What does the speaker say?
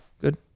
good